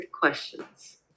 questions